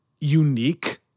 unique